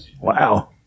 Wow